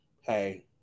Hey